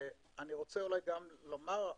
אני רוצה גם לדבר על